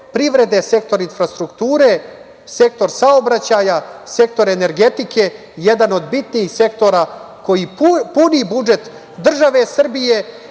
privrede, sektor infrastrukture, sektor saobraćaja, sektor energetike jedan od bitnijih sektora koji puni budžet države Srbije